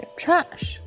trash